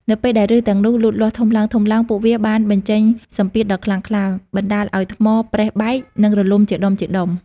នៅពេលដែលឬសទាំងនោះលូតលាស់ធំឡើងៗ ពួកវាបានបញ្ចេញសម្ពាធដ៏ខ្លាំងក្លា បណ្ដាលឱ្យថ្មប្រេះបែក និងរលំជាដុំៗ។